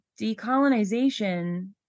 decolonization